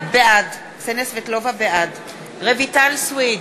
בעד רויטל סויד,